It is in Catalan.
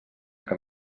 que